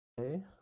Okay